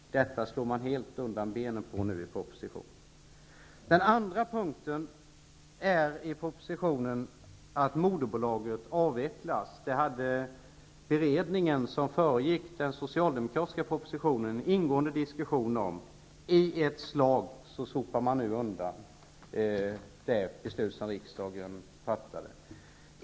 Detta slår man helt undan benen på i propositionen. I propositionen sägs vidare att moderbolaget skall avvecklas. Det hade beredningen som föregick den socialdemokratiska propositionen ingående diskussioner om. I ett slag sopar man nu undan det beslut som riksdagen fattade.